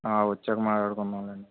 వచ్చాక మాట్లాడుకుందాం లేండి